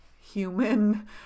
human